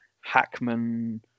Hackman